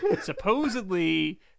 Supposedly